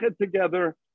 together